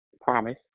promise